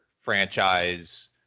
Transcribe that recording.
franchise